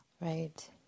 Right